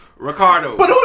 ricardo